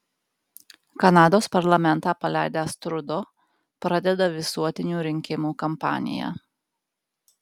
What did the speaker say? kanados parlamentą paleidęs trudo pradeda visuotinių rinkimų kampaniją